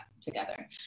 together